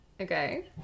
Okay